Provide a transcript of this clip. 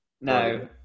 No